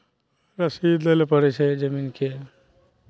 रसीद दै लए पड़ै छै जमीनके